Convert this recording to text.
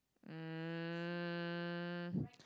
um